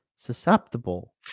susceptible